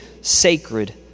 sacred